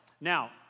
Now